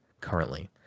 Currently